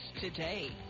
today